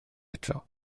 eto